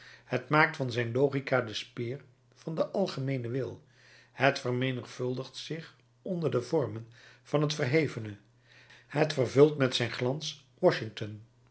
het maakt van zijn logica de speer van den algemeenen wil het vermenigvuldigt zich onder de vormen van het verhevene het vervult met zijn glans washington